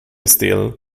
still